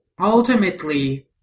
ultimately